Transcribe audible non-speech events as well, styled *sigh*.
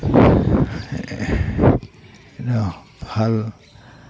*unintelligible* ভাল